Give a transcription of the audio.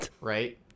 right